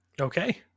Okay